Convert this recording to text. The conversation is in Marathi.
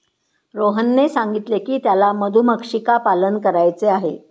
रोहनने सांगितले की त्याला मधुमक्षिका पालन करायचे आहे